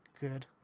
good